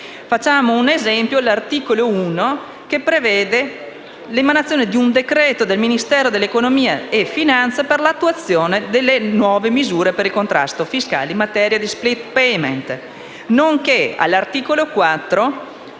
Facciamo un esempio: l'articolo 1 prevede l'emanazione di un decreto del Ministero dell'economia e delle finanze per l'attuazione delle nuove misure per il contrasto fiscale in materia di *split payment*. Inoltre, all'articolo 4,